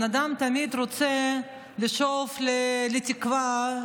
בן אדם תמיד רוצה לשאוף לתקווה,